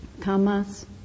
tamas